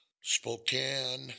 Spokane